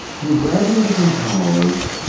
to have graduated from college,